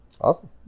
Awesome